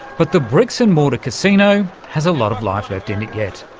but the bricks and mortar casino has a lot of life left in it yet.